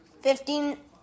Fifteen